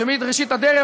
שמראשית הדרך,